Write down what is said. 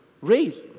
raise